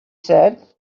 said